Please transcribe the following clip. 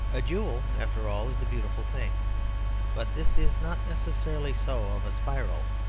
a jewel, after all, is a beautiful thing but this is not necessarily so of a spiral,